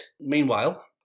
Meanwhile